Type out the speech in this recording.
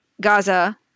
Gaza